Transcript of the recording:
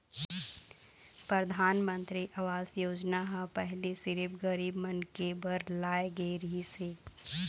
परधानमंतरी आवास योजना ह पहिली सिरिफ गरीब मनखे बर लाए गे रहिस हे